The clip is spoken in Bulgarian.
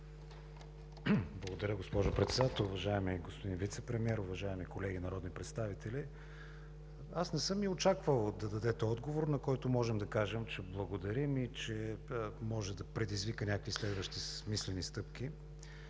Благодаря, госпожо Председател. Уважаеми господин Вицепремиер, уважаеми колеги народни представители! Аз не съм и очаквал да дадете отговор, на който можем да кажем, че благодарим и че може да предизвика някакви следващи смислени стъпки.